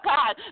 God